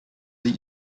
sie